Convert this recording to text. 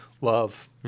love